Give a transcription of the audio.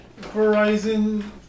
Verizon